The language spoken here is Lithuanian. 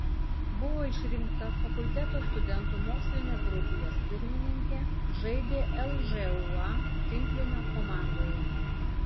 buvo išrinkta fakulteto studentų mokslinės draugijos pirmininke žaidė lžūa tinklinio komandoje